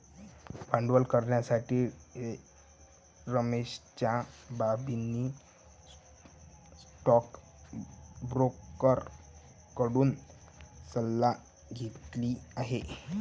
भांडवल करण्यासाठी रमेशच्या बाबांनी स्टोकब्रोकर कडून सल्ला घेतली आहे